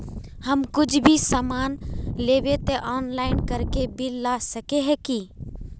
हम कुछ भी सामान लेबे ते ऑनलाइन करके बिल ला सके है की?